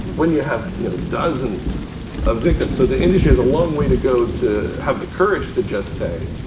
when you have, you know, dozens of victims. so the industry has a long way to go to have the courage to just say,